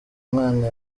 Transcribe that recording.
mwana